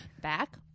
Back